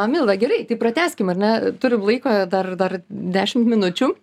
milda gerai tai pratęskim ar ne turim laiko dar dar dešimt minučių